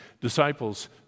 disciples